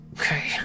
Okay